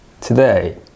today